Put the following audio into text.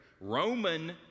Roman